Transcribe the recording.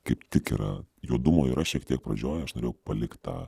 kaip tikrą juodumo yra šiek tiek pradžioj aš norėjau palikt tą